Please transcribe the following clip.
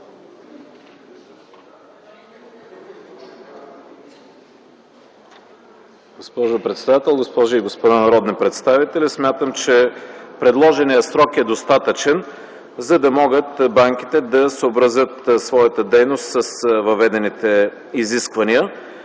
Госпожо председател, госпожи и господа народни представители! Смятам, че предложеният срок е достатъчен, за да могат банките да съобразят своята дейност с въведените изисквания,